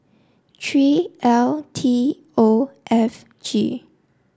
three L T O F G